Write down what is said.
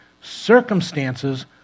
circumstances